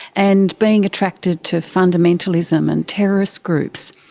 and being attracted to fundamentalism and terrorist groups.